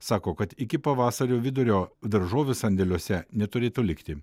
sako kad iki pavasario vidurio daržovių sandėliuose neturėtų likti